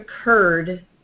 occurred